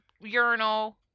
urinal